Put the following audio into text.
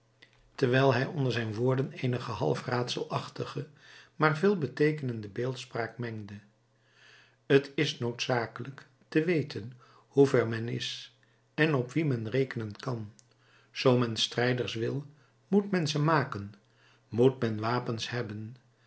terwijl hij onder zijn woorden eenige half raadselachtige maar veelbeteekenende beeldspraak mengde t is noodzakelijk te weten hoe ver men is en op wie men rekenen kan zoo men strijders wil moet men ze maken moet men wapens hebben